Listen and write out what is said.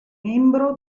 membro